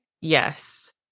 Yes